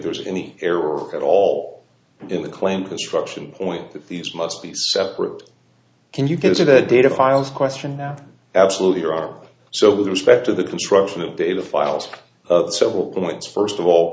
there's any error at all in the claim construction point that these must be separate can you consider the data files question absolutely or are so with respect to the construction of data files several points first of all